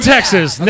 Texas